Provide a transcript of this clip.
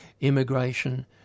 immigration